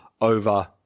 over